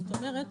זאת אומרת,